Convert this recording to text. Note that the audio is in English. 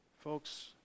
Folks